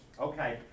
Okay